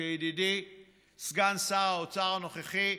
וכידידי סגן שר האוצר הנוכחי,